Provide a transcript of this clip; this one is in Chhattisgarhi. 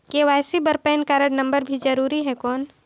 के.वाई.सी बर पैन कारड नम्बर भी जरूरी हे कौन?